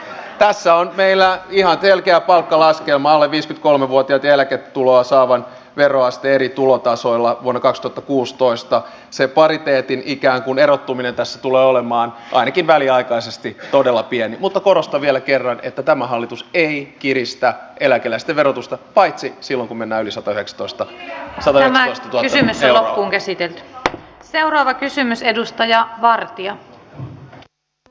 tässä on meillä ihan pelkät palkkalaskelma alle viisi kolme vuotiaat eläketuloa saavan veroaste eri tulotasoilla munakasta puustoista sen pariteetin ikään kun erottuminen tässä tulee olemaan ainakin väliaikaisesti todella pieni mutta korostan vielä kerran että tämä hallitus ei kiristä eläkeläisten verotusta paitsi silloin kun hammaslääkärikorvauksiin ennen kuin sosiaali ja terveydenhuollon rahoitusuudistuksesta on käsitellyttä jalova kysymys edustaja vartia puh